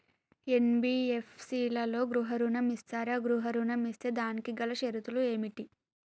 NBFC లలో గృహ ఋణం ఇస్తరా? గృహ ఋణం ఇస్తే దానికి గల షరతులు ఏమిటి?